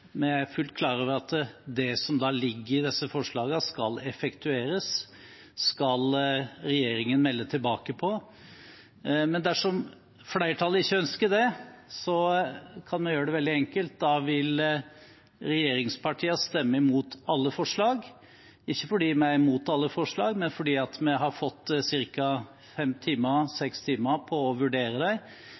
er fullt klar over at det som ligger i disse forslagene, skal effektueres, og det skal regjeringen melde tilbake på. Dersom flertallet ikke ønsker det, kan vi gjøre det veldig enkelt: Da vil regjeringspartiene stemme imot alle forslagene – ikke fordi vi er imot forslagene, men fordi vi har fått ca. fem–seks timer på å vurdere